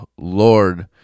Lord